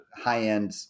high-end